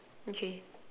okay